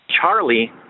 Charlie